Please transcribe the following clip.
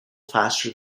faster